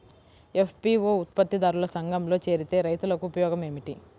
FPO ఉత్పత్తి దారుల సంఘములో చేరితే రైతులకు ఉపయోగము ఏమిటి?